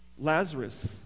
Lazarus